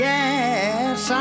Yes